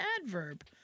adverb